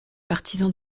partisans